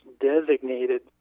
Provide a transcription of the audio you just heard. designated